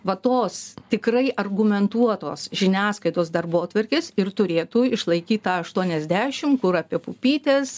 va tos tikrai argumentuotos žiniasklaidos darbotvarkės ir turėtų išlaikyt tą aštuoniasdešim kur apie pupytes